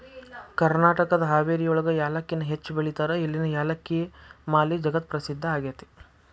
ಕರ್ನಾಟಕದ ಹಾವೇರಿಯೊಳಗ ಯಾಲಕ್ಕಿನ ಹೆಚ್ಚ್ ಬೆಳೇತಾರ, ಇಲ್ಲಿನ ಯಾಲಕ್ಕಿ ಮಾಲಿ ಜಗತ್ಪ್ರಸಿದ್ಧ ಆಗೇತಿ